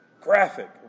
Graphic